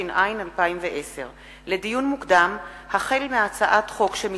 התש"ע 2010. לדיון מוקדם: החל מהצעת חוק